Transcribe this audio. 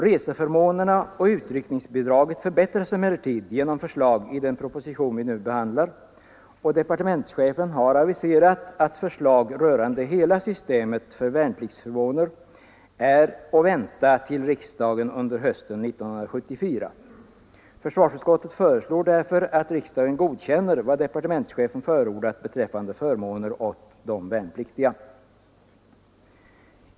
Reseförmånerna och utryckningsbidraget förbättras emellertid genom förslag i den proposition vi nu behandlar, och departementschefen har aviserat att förslag rörande hela systemet för värnpliktsförmåner är att vänta till riksdagen under hösten 1974. Försvarsutskottet föreslår därför att riksdagen godkänner vad departementschefen förordat beträffande förmåner åt de värnpliktiga.